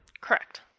Correct